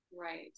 Right